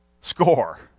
score